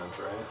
right